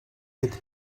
with